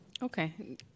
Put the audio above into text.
Okay